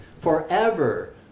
forever